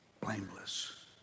Blameless